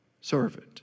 servant